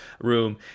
room